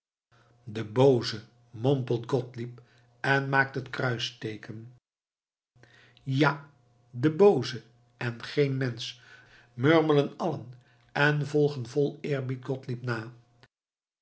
de booze mompelt gottlieb en maakt het kruisteeken ja de booze en geen mensch murmelen allen en volgen vol eerbied gottlieb na